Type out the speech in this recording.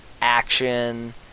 action